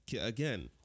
again